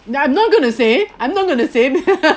I'm not going to say I'm not going to say